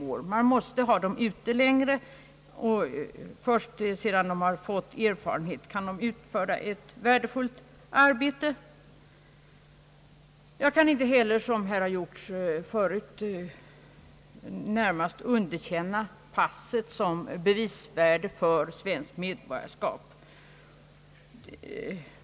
Utlandssvenskarna måste stanna borta längre tid — först sedan de fått erfarenhet kan de utföra ett värdefullt arbete. Jag kan inte heller, som här tidigare skett från socialdemokratiskt håll, närmast underkänna passets bevisvärde för svenskt medborgarskap.